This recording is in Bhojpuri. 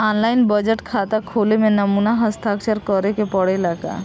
आन लाइन बचत खाता खोले में नमूना हस्ताक्षर करेके पड़ेला का?